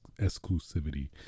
exclusivity